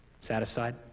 satisfied